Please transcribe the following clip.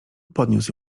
podniósł